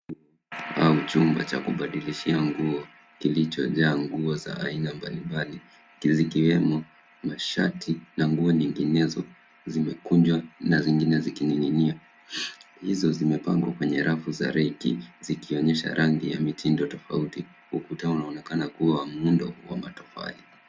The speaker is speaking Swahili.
Au chumba cha kubadilishia nguo kiichojaa nguo za aina mbalimbali zikiwemo mashati na nguo nyinginezo zimekunjwa na zingine zikining'inia. Hizo zimepangwa kwenye rafu za reki. Ukuta unaonekana kuwa wa muundo wa matofali.